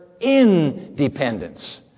independence